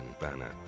banner